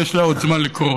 ויש לה עוד זמן לקרוא.